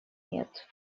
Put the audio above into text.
нет